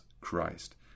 Christ